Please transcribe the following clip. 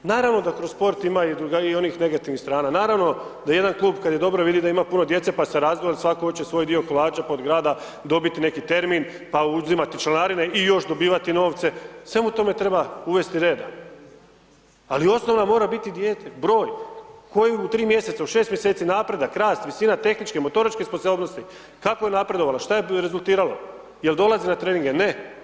Naravno da kroz sport ima i onih negativnih strana, naravno da jedan klub kada je dobro vidi da ima puno djece pa se ... svatko hoće svoj dio kolača pa od grada dobiti neki termin, pa uzimati članarine i još dobivati novce, svemu tome treba uvesti reda ali osnovna mora biti dijete, broj, koji u 3 mjeseca, 6 mjeseci napredak, rast, visina tehničke i motoričke sposobnosti, kako je napredovala, šta je rezultiralo, je li dolazi na treninge, ne.